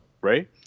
right